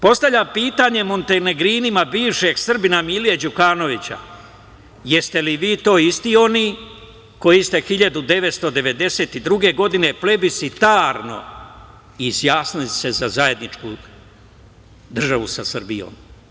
Postavljam pitanje montenegrinima bivšeg Srbina Mile Đukanovića - jeste li vi to isti oni koji ste 1992. godine plebiscitarno izjasnili ste za zajedničku državu sa Srbijom?